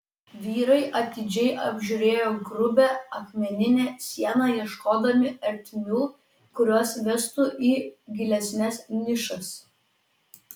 vyrai atidžiai apžiūrėjo grubią akmeninę sieną ieškodami ertmių kurios vestų į gilesnes nišas